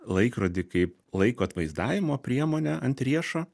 laikrodį kaip laiko atvaizdavimo priemonę ant riešo